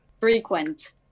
frequent